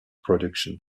production